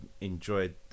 enjoyed